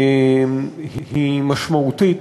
היא משמעותית